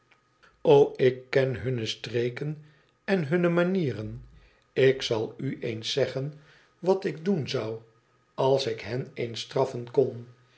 ik ken hunne streken en hunne manieren ik zal u eens ggen wat ik doen zou als ik hen eens straffen kon